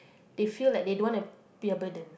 they feel like they don't want to be a burden